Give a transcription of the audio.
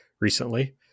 recently